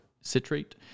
citrate